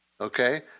Okay